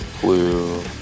blue